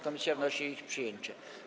Komisja wnosi o ich przyjęcie.